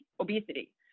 obesity